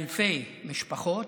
אלפי משפחות,